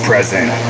Present